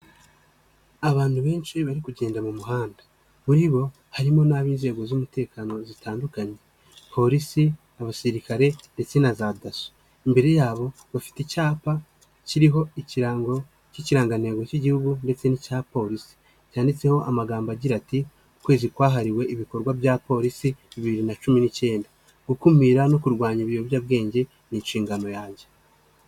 Abantu benshi bari kugenda mu muhanda, muri bo harimo n'ab'inzego z'umutekano zitandukanye: Polisi, abasirikare ndetse na za Dasso, imbere yabo bafite icyapa kiriho ikirango cy'ikirangantego cy'Igihugu ndetse n'icya Polisi cyanditseho amagambo agira ati: "Ukwezi kwahariwe ibikorwa bya Polisi 2029, gukumira no kurwanya ibiyobyabwenge ni inshingano yanjye."